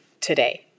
today